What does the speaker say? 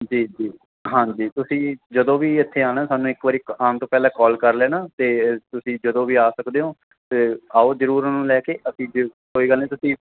ਜੀ ਜੀ ਹਾਂਜੀ ਤੁਸੀਂ ਜਦੋਂ ਵੀ ਇੱਥੇ ਆਉਣਾ ਸਾਨੂੰ ਇੱਕ ਵਾਰੀ ਆਉਣ ਤੋਂ ਪਹਿਲਾਂ ਕੋਲ ਕਰ ਲੈਣਾ ਅਤੇ ਤੁਸੀਂ ਜਦੋਂ ਵੀ ਆ ਸਕਦੇ ਹੋ ਤੇ ਆਓ ਜ਼ਰੂਰ ਉਹਨਾਂ ਨੂੰ ਲੈ ਕੇ ਅਸੀਂ ਦਿਲ ਕੋਈ ਗੱਲ ਨਹੀਂ ਤੁਸੀਂ